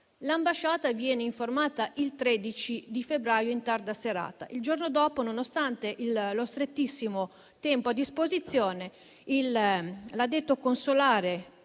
L'ambasciata viene informata il 13 febbraio in tarda serata. Il giorno dopo, nonostante lo strettissimo tempo a disposizione, l'addetto consolare